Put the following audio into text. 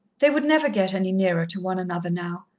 they would never get any nearer to one another now.